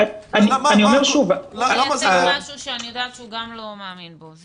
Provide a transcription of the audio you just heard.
הוא מייצג משהו שאני יודעת שהוא גם לא מאמין בו.